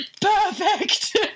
perfect